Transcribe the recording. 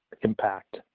impact